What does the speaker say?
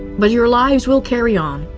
but your lives will carry on,